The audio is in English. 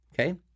Okay